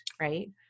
right